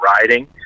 riding